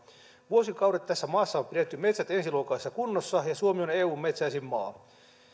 vuosikaudet tässä maassa on pidetty metsät ensiluokkaisessa kunnossa ja suomi on eun metsäisin